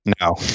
No